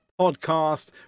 podcast